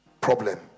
problem